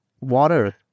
water